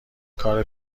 کار